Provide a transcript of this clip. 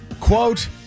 quote